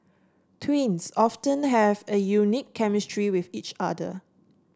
twins often have a unique chemistry with each other